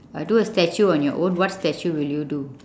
do a statue on your own what statue will you do